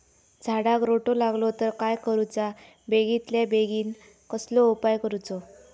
झाडाक रोटो लागलो तर काय करुचा बेगितल्या बेगीन कसलो उपाय करूचो?